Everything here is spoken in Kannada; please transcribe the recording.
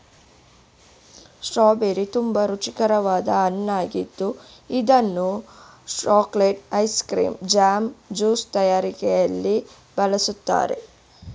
ಸ್ಟ್ರಾಬೆರಿ ತುಂಬಾ ರುಚಿಕರವಾದ ಹಣ್ಣಾಗಿದ್ದು ಇದನ್ನು chocolates, ice cream, jam, juice ತಯಾರಿಕೆಯಲ್ಲಿ ಬಳ್ಸತ್ತರೆ